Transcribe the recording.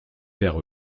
vers